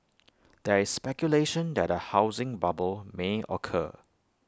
there is speculation that A housing bubble may occur